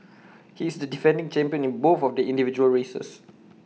he is the defending champion in both of the individual races